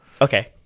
Okay